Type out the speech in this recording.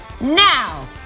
Now